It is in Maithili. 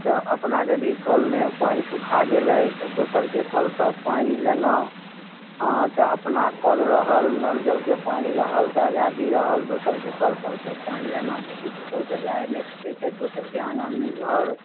तऽ अपना जदी कलमे पानि सुखा गेलै तऽ दोसरके कल सऽ पानि लेलहुॅं हँ तऽ अपना कल रहल नलजल के पानि रहल तऽ आजादी रहल दोसर के कल पर सऽ पानि लेलहुॅं बेटी पुतौह तऽ जाय नहि सकै छथि दोसरके आङनमे घर